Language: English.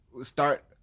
start